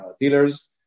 dealers